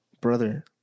brother